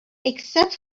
except